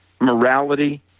morality